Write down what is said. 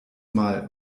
mal